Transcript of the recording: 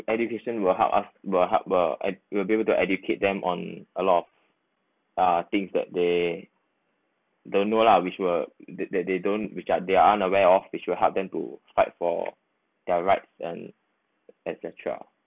education will help us will help uh will be able to educate them on a lot of uh things that they don't know lah which were they they they don't they aren't unaware of which will help them to fight for their rights and et cetera